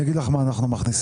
אני אגיד לך מה אנחנו מכניסים.